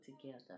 together